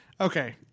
okay